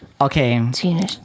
Okay